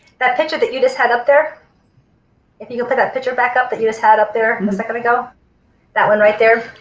that picture that you just had up there if you could put that picture back up but you just had up there and a second ago that one right there.